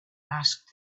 asked